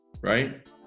right